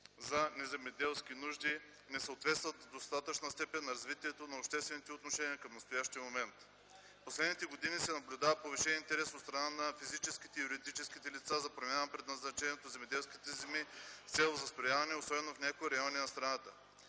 за неземеделски нужди не съответстват в достатъчна степен на развитието на обществените отношения към настоящия момент. В последните години се наблюдава повишен интерес от страна на физическите и юридическите лица за промяна на предназначението на земеделските земи с цел застрояване, особено в някои райони на страната.